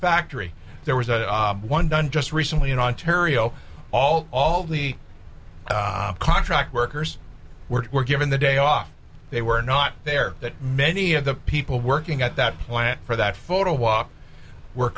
factory there was a one done just recently in ontario all all the contract workers were given the day off they were not there that many of the people working at that plant for that photo walk were